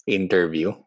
interview